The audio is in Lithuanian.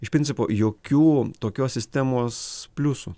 iš principo jokių tokios sistemos pliusų